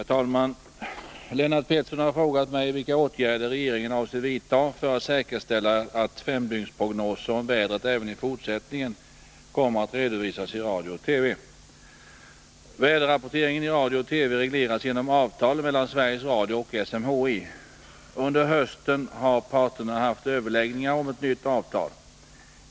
Herr talman! Lennart Pettersson har frågat mig vilka åtgärder regeringen avser vidta för att säkerställa att femdygnsprognoser om vädret även i fortsättningen kommer att redovisas i radio och TV. Väderrapporteringen i radio och TV regleras genom avtal mellan Sveriges Radio och SMHI. Under hösten har parterna haft överläggningar om ett nytt avtal.